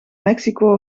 mexico